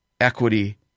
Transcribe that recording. equity